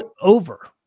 over